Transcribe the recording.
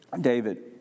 David